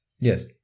Yes